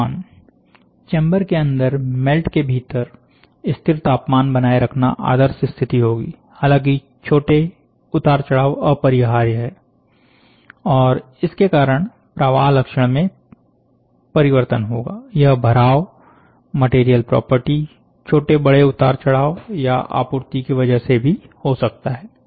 तापमान चेंबर के अंदर मेल्ट के भीतर स्थिर तापमान बनाए रखना आदर्श स्थिति होगी हालांकि छोटे उतार चढ़ाव अपरिहार्य है और इसके कारण प्रवाह लक्षण में परिवर्तन होगा यह भराव मटेरियल प्रॉपर्टी छोटे बड़े उतार चढ़ाव या आपूर्ति की वजह से भी हो सकता है